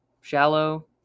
shallow